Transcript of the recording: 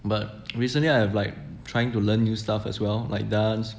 but recently I have like trying to learn new stuff as well like dance